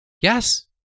Yes